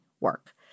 work